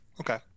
Okay